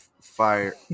fire